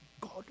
God